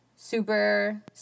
Super